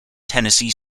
tennessee